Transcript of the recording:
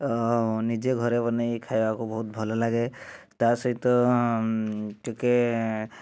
ନିଜେ ଘରେ ବନେଇକି ଖାଇବାକୁ ବହୁତ ଭଲ ଲାଗେ ତା' ସହିତ ଟିକିଏ